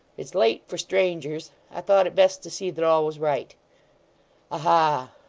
it's late for strangers. i thought it best to see that all was right aha!